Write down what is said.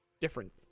different